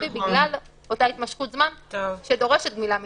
בגלל אותה התמשכות זמן שדורשת גמילה מהתמכרות.